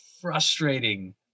frustrating